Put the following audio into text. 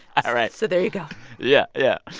all right so there you go yeah. yeah.